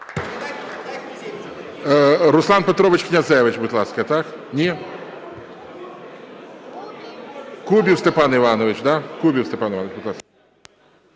Руслан Петрович Князевич, будь ласка. Ні? Кубів Степан Іванович, да? Кубів Степан Іванович, будь ласка.